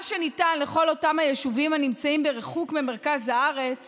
מה שניתן לכל אותם היישובים הנמצאים בריחוק ממרכז הארץ